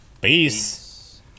Peace